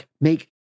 make